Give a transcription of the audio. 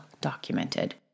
documented